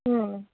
ಹ್ಞೂ